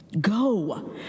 Go